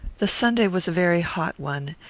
the sunday was a very hot one,